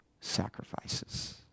sacrifices